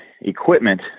equipment